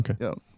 Okay